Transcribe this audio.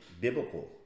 biblical